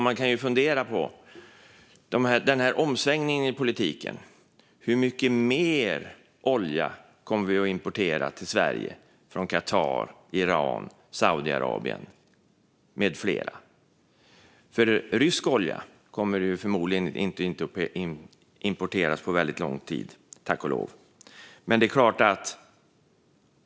Man kan med tanke på omsvängningen i politiken fundera på hur mycket mer olja vi kommer att importera till Sverige från Qatar, Iran, Saudiarabien med flera. Rysk olja kommer förmodligen inte att importeras på väldigt lång tid - tack och lov.